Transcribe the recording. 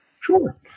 sure